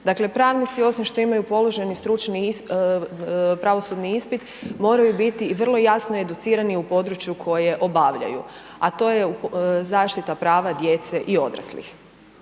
Dakle, pravnici, osim što imaju položen pravosudni ispit, moraju biti i vrlo jasno educirani u području koje obavljaju, a to je zaštita prava djece i odraslih.